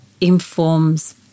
informs